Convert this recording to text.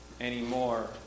anymore